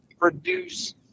produce